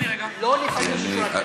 לא לפנים משורת הדין.